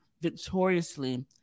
victoriously